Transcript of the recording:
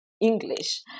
English